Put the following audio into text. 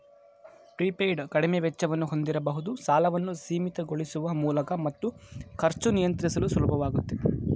prepaid ಕಡಿಮೆ ವೆಚ್ಚವನ್ನು ಹೊಂದಿರಬಹುದು ಸಾಲವನ್ನು ಸೀಮಿತಗೊಳಿಸುವ ಮೂಲಕ ಮತ್ತು ಖರ್ಚು ನಿಯಂತ್ರಿಸಲು ಸುಲಭವಾಗುತ್ತೆ